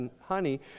honey